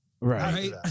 right